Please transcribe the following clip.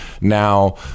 now